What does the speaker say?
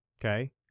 okay